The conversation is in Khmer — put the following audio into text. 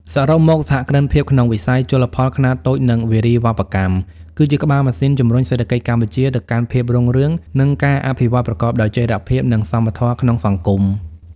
សរុបមក សហគ្រិនភាពក្នុងវិស័យជលផលខ្នាតតូច និងវារីវប្បកម្ម គឺជាក្បាលម៉ាស៊ីនជំរុញសេដ្ឋកិច្ចកម្ពុជាទៅកាន់ភាពរុងរឿង និងការអភិវឌ្ឍប្រកបដោយចីរភាព និងសមធម៌ក្នុងសង្គម។